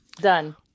done